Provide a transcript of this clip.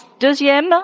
deuxième